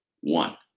one